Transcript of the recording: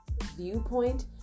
viewpoint